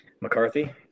McCarthy